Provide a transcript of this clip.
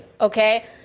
okay